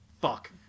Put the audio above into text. fuck